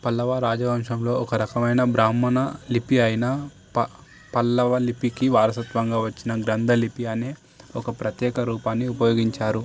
పల్లవ రాజవంశంలో ఒక రకమైన బ్రాహ్మణ లిపి అయిన ప పల్లవ లిపికి వారసత్వంగా వచ్చిన గ్రంథ లిపి అనే ఒక ప్రత్యేక రూపాన్ని ఉపయోగించారు